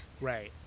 Right